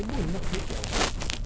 okay lah maybe